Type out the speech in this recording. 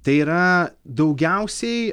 tai yra daugiausiai